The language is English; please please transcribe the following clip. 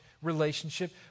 relationship